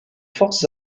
forces